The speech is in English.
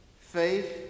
Faith